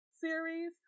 series